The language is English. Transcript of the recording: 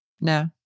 No